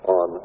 on